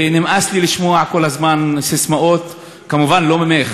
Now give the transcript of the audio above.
ונמאס לי לשמוע כל הזמן ססמאות, כמובן לא ממך.